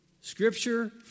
Scripture